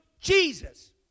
Jesus